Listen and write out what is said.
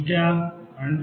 x